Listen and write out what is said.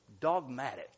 dogmatic